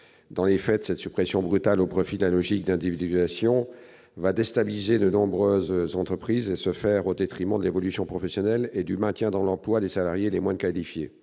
Dans les faits, cette suppression brutale au profit de la logique d'individualisation du CPF va déstabiliser de nombreuses entreprises et se fera au détriment de l'évolution professionnelle et du maintien dans l'emploi des salariés les moins qualifiés.